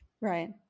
Right